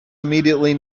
immediately